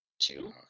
Two